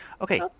Okay